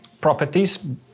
properties